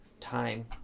time